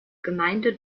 gemeinde